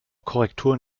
korrektur